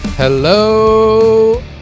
Hello